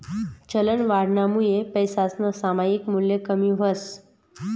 चलनवाढनामुये पैसासनं सामायिक मूल्य कमी व्हस